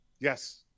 Yes